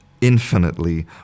infinitely